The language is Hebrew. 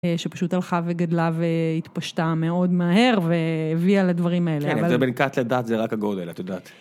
אה, שפשוט הלכה וגדלה ו...התפשטה מאוד מהר, ו...הביאה לדברים האלה. כן, זה בין כת לדת, זה רק הגודל, את יודעת.